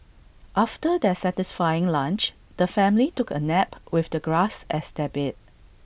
after their satisfying lunch the family took A nap with the grass as their bed